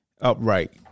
upright